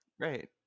Right